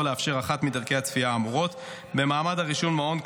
לאפשר אחת מדרכי הצפייה האמורות במעמד הרישום למעון,